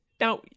Now